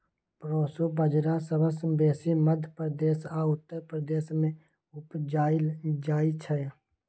proso बजरा सबसँ बेसी मध्य प्रदेश आ उत्तर प्रदेश मे उपजाएल जाइ छै